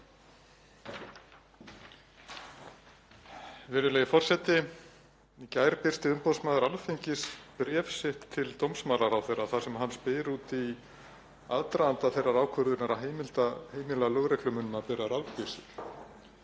Virðulegi forseti. Í gær birti umboðsmaður Alþingis bréf sitt til dómsmálaráðherra þar sem hann spyr út í aðdraganda þeirrar ákvörðunar að heimila lögreglumönnum að bera rafbyssur.